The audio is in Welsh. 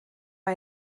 mae